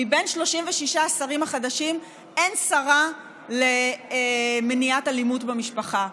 מבין 36 השרים החדשים אין שרה למניעת אלימות במשפחה,